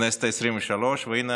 לכנסת העשרים-ושלוש, והינה